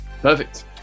perfect